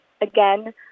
again